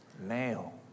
Male